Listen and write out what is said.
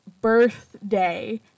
birthday